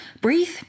breathe